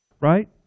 Right